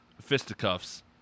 Fisticuffs